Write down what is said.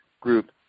group